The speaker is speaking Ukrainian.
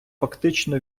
фактично